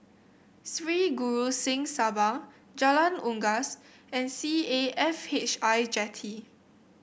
Sri Guru Singh Sabha Jalan Unggas and C A F H I Jetty